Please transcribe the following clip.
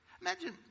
Imagine